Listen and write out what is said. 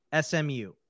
SMU